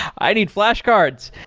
i need flashcards.